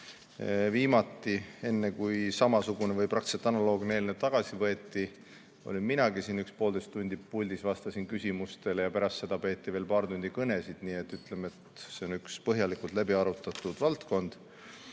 oli see enne, kui samasugune või praktiliselt analoogne eelnõu tagasi võeti. Olin minagi siin oma poolteist tundi puldis, vastasin küsimustele ja pärast seda peeti veel paar tundi kõnesid. Nii et ütleme, et see on üks põhjalikult läbi arutatud